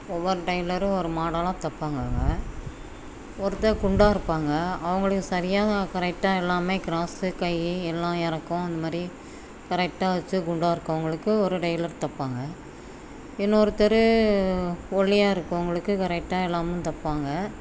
ஒவ்வொரு டைலரும் ஒரு மாடலாக தைப்பாங்கங்க ஒருத்தர் குண்டாக இருப்பாங்க அவங்களையும் சரியாக கரெக்டாக எல்லாமே க்ராஸு கை எல்லாம் இறக்கம் அந்த மாதிரி கரெக்டாக வெச்சு குண்டாக இருக்கவங்களுக்கு ஒரு டைலர் தைப்பாங்க இன்னொருத்தர் ஒல்லியாக இருக்கவங்களுக்கு கரெக்டாக எல்லாமும் தைப்பாங்க